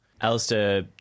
Alistair